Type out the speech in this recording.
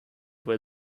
where